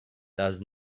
does